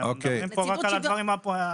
אנחנו מדברים פה רק על הדברים הפורמליים.